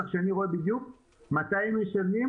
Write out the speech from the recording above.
כך שאני רואה בדיוק מתי הם משלמים,